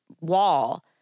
wall